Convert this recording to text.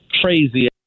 crazy